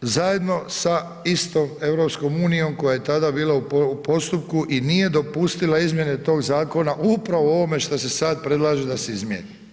zajedno sa istom EU-om koja je tada bila u postupku i nije dopustila izmjene tog zakona upravo o ovome što se sad predlaže da izmjeni.